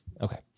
Okay